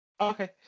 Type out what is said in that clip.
okay